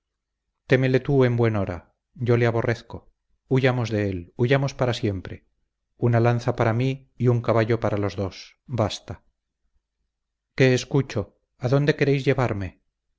jamás existirá témele tú en buen hora yo le aborrezco huyamos de él huyamos para siempre una lanza para mí y un caballo para los dos basta qué escucho adónde queréis llevarme